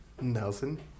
Nelson